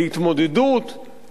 להתמודדות,